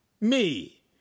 Me